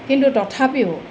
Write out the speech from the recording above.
কিন্তু তথাপিও